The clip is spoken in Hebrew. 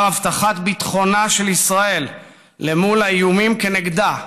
הבטחת ביטחונה של ישראל למול האיומים כנגדה,